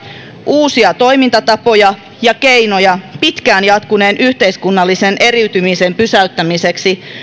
uusia toimintatapoja ja keinoja pitkään jatkuneen yhteiskunnallisen eriytymisen pysäyttämiseksi